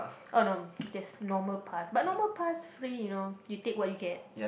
oh that's normal pass but normal pass free you know you take what you get